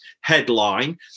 headline